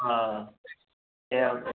हा एवम्